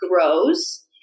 grows